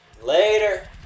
Later